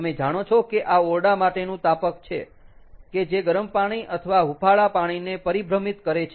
તમે જાણો છો કે આ ઓરડા માટેનું તાપક છે કે જે ગરમ પાણી અથવા હુફાળા પાણીને પરિભ્રમિત કરે છે